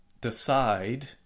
decide